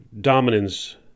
dominance